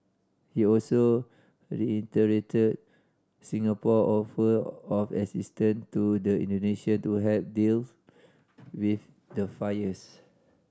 he also reiterated Singapore offer of assistant to the Indonesian to help deals with the fires